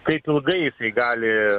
kaip ilgai gali